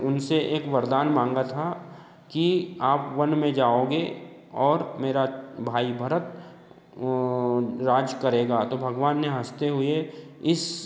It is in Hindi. उनसे एक वरदान मांगा था कि आप वन में जाओगे और मेरा भाई भरत वह राज करेगा तो भगवान ने हँसते हुए इस